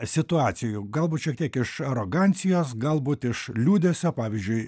situacijų galbūt šiek tiek iš arogancijos galbūt iš liūdesio pavyzdžiui